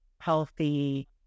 healthy